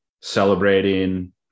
Celebrating